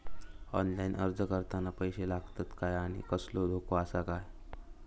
Online अर्ज करताना पैशे लागतत काय आनी कसलो धोको आसा काय?